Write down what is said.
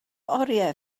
oriau